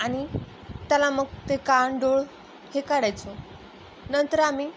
आणि त्याला मग ते कान डोळे हे काढायचो नंतर आम्ही